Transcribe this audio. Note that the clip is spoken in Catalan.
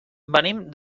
venim